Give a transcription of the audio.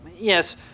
Yes